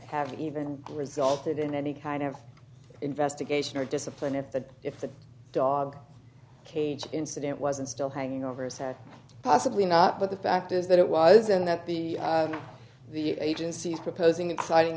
have even resulted in any kind of investigation or discipline if the if the dog cage incident wasn't still hanging over his head possibly not but the fact is that it was then that the the agency's proposing exciting